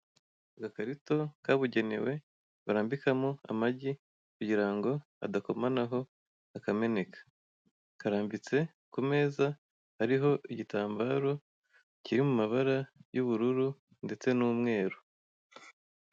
Agakarito kabigenewe barambikamo amagi kugira ngo adakomaho akameneka. Karambitse ku meza ariho igitambaro kiri mu mabara y'ubururu ndetse n'umweru.